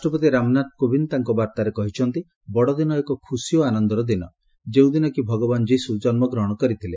ରାଷ୍ଟ୍ରପତି ରାମନାଥ କୋବିନ୍ଦ ତାଙ୍କ ବାର୍ଭାରେ କହିଛନ୍ତି ବଡ଼ଦିନ ଏକ ଖୁସି ଓ ଆନନ୍ଦର ଦିନ ଯେଉଁଦିନ କି ଭଗବାନ୍ ଯିଶୁ ଜନ୍ମଗ୍ରହଣ କରିଥିଲେ